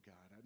God